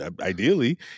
ideally